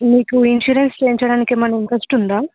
మీకు ఇన్సూరెన్స్ చేయించడానికి ఏమన్న ఇంట్రస్ట్ ఉందా